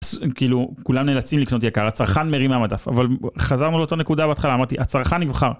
כאילו כולם נאלצים לקנות יקר הצרכן מרים מהמדף, אבל חזרנו לאותו נקודה בהתחלה, אמרתי הצרכן נבחר